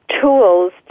tools